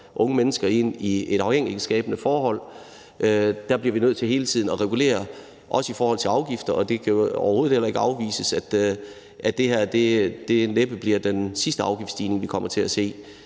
unge mennesker ind i et afhængighedsskabende forhold. Der bliver vi nødt til hele tiden at regulere, også i forhold til afgifter, og det kan overhovedet heller ikke afvises, at det her næppe bliver den sidste afgiftsstigning, vi kommer til at se.